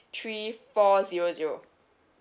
three four zero zero